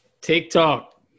TikTok